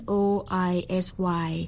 Noisy